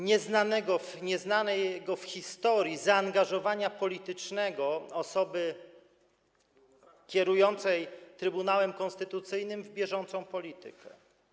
nieznanego w historii zaangażowania politycznego osoby kierującej Trybunałem Konstytucyjnym w bieżącą politykę.